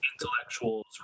intellectuals